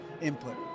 input